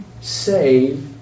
save